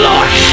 Lord